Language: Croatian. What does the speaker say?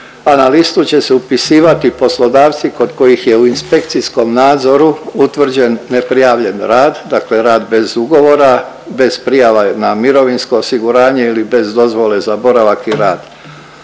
na listu će se upisivati poslodavci kod kojih je u inspekcijskom nadzoru utvrđen neprijavljen rad, dakle rad bez ugovora, bez prijava na mirovinsko osiguranje ili bez dozvole za boravak i rad.